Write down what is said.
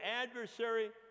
adversary